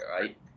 right